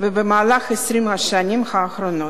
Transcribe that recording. במהלך 20 השנים האחרונות.